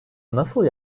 nasıl